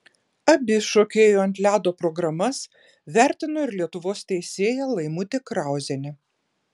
abi šokėjų ant ledo programas vertino ir lietuvos teisėja laimutė krauzienė